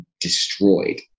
destroyed